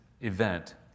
event